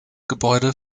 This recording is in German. gebäude